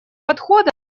подхода